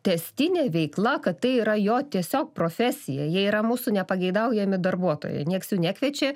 tęstinė veikla kad tai yra jo tiesiog profesija jie yra mūsų nepageidaujami darbuotojai nieks jų nekviečia